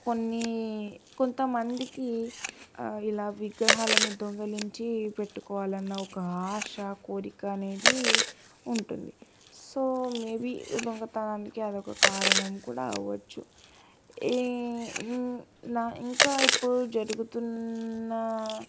కొన్ని కొంతమందికి ఇలా విగ్రహాలని దొంగిలించి పెట్టుకోవాలన్న ఒక ఆశ కోరిక అనేది ఉంటుంది సో మే బి దొంగతనానికి అది ఒక కారణం కూడా అవ్వొచ్చు ఈ ఇంకా ఇప్పుడు జరుగుతున్నా